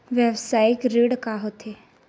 व्यवसायिक ऋण का होथे?